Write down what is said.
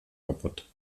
kaputt